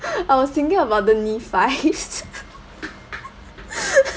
I was thinking about the